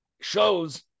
shows